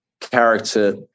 character